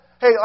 Hey